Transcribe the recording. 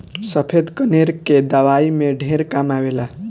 सफ़ेद कनेर के दवाई में ढेर काम आवेला